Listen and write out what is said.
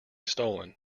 stolen